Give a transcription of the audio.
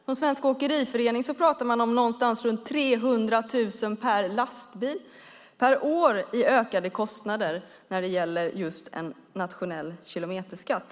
De svenska åkeriföreningarna pratar om någonstans runt 300 000 per lastbil per år i ökade kostnader när det gäller just en nationell kilometerskatt.